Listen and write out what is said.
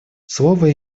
слово